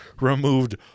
removed